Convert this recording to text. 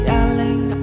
Yelling